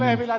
puhemies